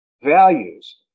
values